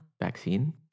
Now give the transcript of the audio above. vaccine